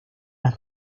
las